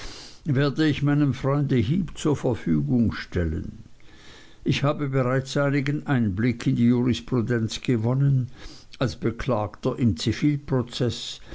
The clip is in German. werde ich meinem freunde heep zur verfügung stellen ich habe bereits einigen einblick in die jurisprudenz gewonnen als beklagter im